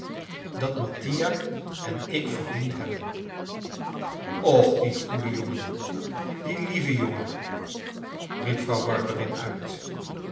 dat mattia en ik verdiend hebben och die goeie jongen die lieve jongen riep vrouw barberin uit